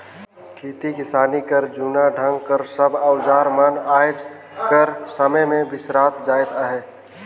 खेती किसानी कर जूना ढंग कर सब अउजार मन आएज कर समे मे बिसरात जात अहे